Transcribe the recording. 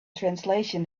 translation